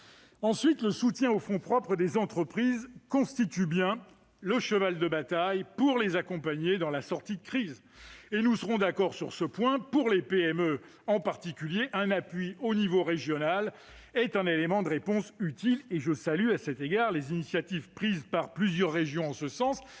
Ensuite, le soutien aux fonds propres des entreprises constitue le principal cheval de bataille pour les accompagner dans la sortie de crise. Nous serons d'accord sur ce point : pour les PME en particulier, un appui au niveau régional est un élément de réponse utile, et je salue à cet égard les initiatives d'ores et déjà prises par plusieurs régions en ce sens,